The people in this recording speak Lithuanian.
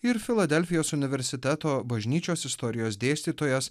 ir filadelfijos universiteto bažnyčios istorijos dėstytojas